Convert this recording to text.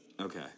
Okay